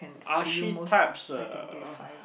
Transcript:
archetypes uh